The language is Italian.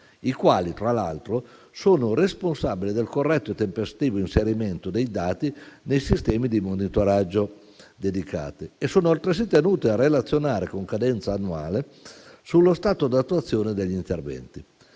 i quali, tra l'altro, sono responsabili del corretto e tempestivo inserimento dei dati nei sistemi di monitoraggio dedicati e sono altresì tenuti a relazionare con cadenza annuale sullo stato di attuazione degli interventi.